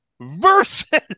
versus